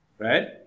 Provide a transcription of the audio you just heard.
Right